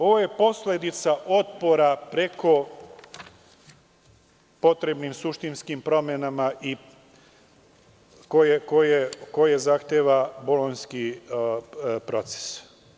Ovo je posledica otpora preko potrebnim suštinskim promenama koje zahteva bolonjski proces.